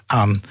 aan